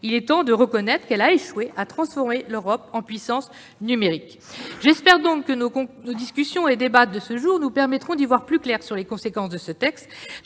Il est grand temps de reconnaître qu'elle a échoué à transformer l'Europe en puissance numérique. J'espère que nos discussions de ce jour nous permettront d'y voir plus clair sur les conséquences de ce texte.